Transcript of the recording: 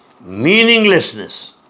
meaninglessness